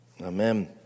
Amen